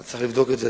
אז צריך לבדוק את זה,